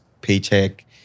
paycheck